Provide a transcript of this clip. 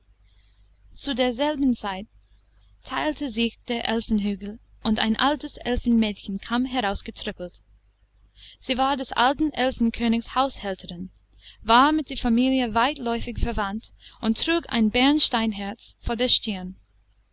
zu derselben zeit teilte sich der elfenhügel und ein altes elfenmädchen kam herausgetrippelt sie war des alten elfenkönigs haushälterin war mit der familie weitläufig verwandt und trug ein bernsteinherz vor der stirn